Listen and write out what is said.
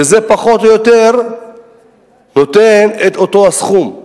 שזה פחות או יותר נותן את אותו הסכום.